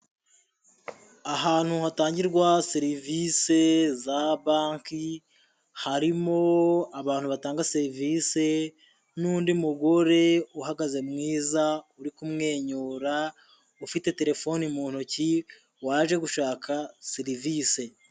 Umuhanda urimo amagare, ndetse na moto n'imodoka ebyiri, urimo abantu benshi, urimo ibinyabiziga byinshi, ndetse ufite n'igikamyo giparitse ku ruhande rw'umuhanda rwo hirya, gisa icyatsi ndetse gifite n'umweru.